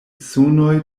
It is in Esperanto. sonoj